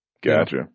Gotcha